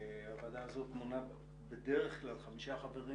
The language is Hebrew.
הוועדה הזאת מונה בדרך כלל חמישה חברים.